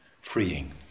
freeing